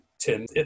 Tim